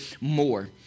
more